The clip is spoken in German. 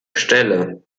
stelle